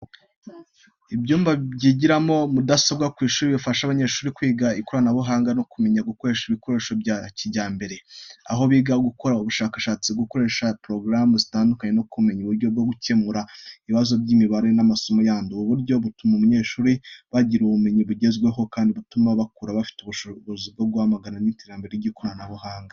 Ibyumba bigiramo mudasobwa ku ishuri bifasha abanyeshuri kwiga ikoranabuhanga no kumenya gukoresha ibikoresho bya kijyambere. Aha biga gukora ubushakashatsi, gukoresha porogaramu zitandukanye no kumenya uburyo bwo gukemura ibibazo by’imibare n’amasomo yandi. Ubu buryo butuma abanyeshuri bagira ubumenyi bugezweho kandi butuma bakura bafite ubushobozi bwo guhangana n’iterambere ry’ikoranabuhanga.